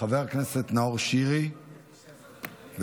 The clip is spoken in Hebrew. חבר הכנסת נאור שירי, בבקשה.